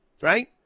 right